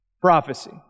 Prophecy